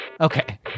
Okay